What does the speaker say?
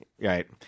Right